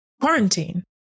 quarantine